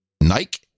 Nike